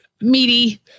meaty